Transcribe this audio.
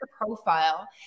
profile